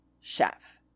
Chef